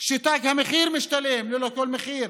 שתג המחיר משתלם ללא כל מחיר,